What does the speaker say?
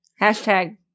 Hashtag